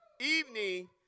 evening